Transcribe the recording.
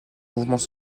mouvements